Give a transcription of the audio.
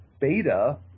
beta